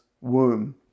womb